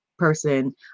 person